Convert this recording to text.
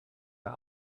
are